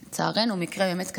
לצערנו, במקרה באמת קשה,